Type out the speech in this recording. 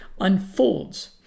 unfolds